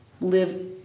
live